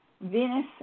Venus